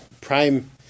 prime